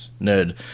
Nerd